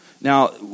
Now